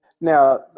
now